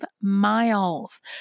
miles